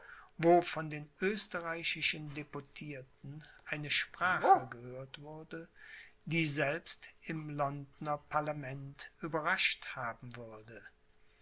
wo von den österreichischen deputirten eine sprache gehört wurde die selbst im londner parlament überrascht haben würde